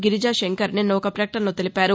గిరిజా శంకర్ నిన్న ఒక ప్రకటనలో తెలిపారు